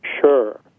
Sure